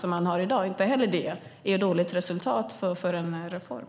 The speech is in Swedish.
Det är inte heller något dåligt resultat för en reform.